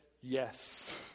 yes